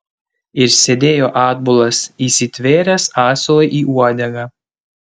ir sėdėjo atbulas įsitvėręs asilui į uodegą